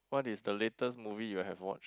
what is the latest movie you have watched